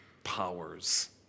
powers